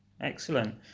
Excellent